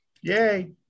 Yay